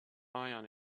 ion